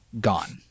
gone